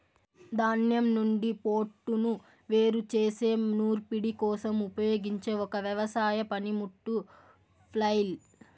ధాన్యం నుండి పోట్టును వేరు చేసే నూర్పిడి కోసం ఉపయోగించే ఒక వ్యవసాయ పనిముట్టు ఫ్లైల్